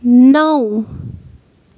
نَو